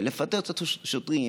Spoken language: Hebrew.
לפטר את השוטרים,